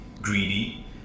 greedy